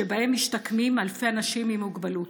שבהם משתקמים אלפי אנשים עם מוגבלות.